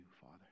Father